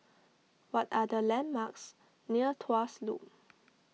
what are the landmarks near Tuas Loop